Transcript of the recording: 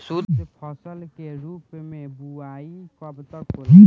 शुद्धफसल के रूप में बुआई कब तक होला?